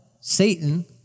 Satan